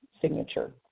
signature